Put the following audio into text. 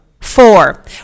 Four